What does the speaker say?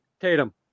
Tatum